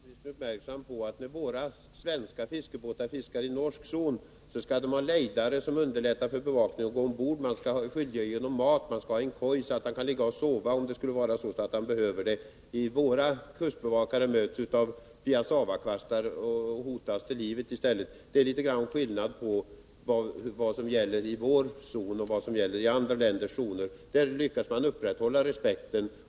Herr talman! Jag vill göra handelsministern uppmärksam på att när svenska fiskebåtar fiskar i norsk zon, skall de ha lejdare som underlättar för bevakningstjänstemannen att gå ombord. Man är skyldig att ge honom mat och ha en koj där han kan ligga och sova, om han behöver det. Våra kustbevakare däremot möts av piassavakvastar och hotas till livet. Det är alltså litet skillnad på vad som gäller i vår zon och i andra länders zoner. I de senare lyckas man upprätthålla respekten.